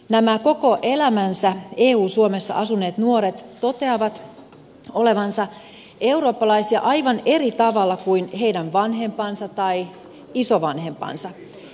nämä koko elämänsä eu suomessa asuneet nuoret toteavat olevansa eurooppalaisia aivan eri tavalla kuin heidän vanhempansa tai isovanhempansa